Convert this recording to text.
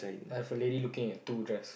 I have a lady looking at two dress